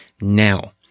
now